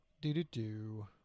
Do-do-do